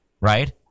right